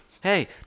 Hey